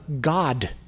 God